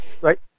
Right